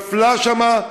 נפלה שם,